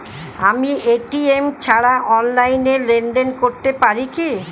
আমি এ.টি.এম ছাড়া অনলাইনে লেনদেন করতে পারি কি?